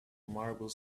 marble